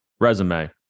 resume